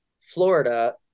florida